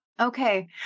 okay